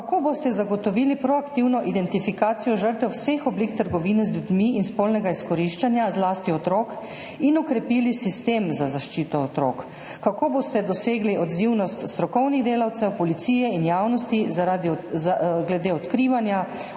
Kako boste zagotovili proaktivno identifikacijo žrtev vseh oblik trgovine z ljudmi in spolnega izkoriščanja, zlasti otrok, in okrepili sistem za zaščito otrok? Kako boste dosegli odzivnost strokovnih delavcev policije in javnosti glede odkrivanja,